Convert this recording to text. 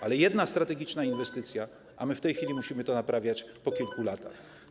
Ale jest jedna strategiczna inwestycja, a my w tej chwili musimy to naprawiać po kilku latach.